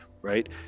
right